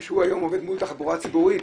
כפי שהוא היום עובד מול תחבורה ציבורית,